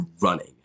running